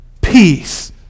peace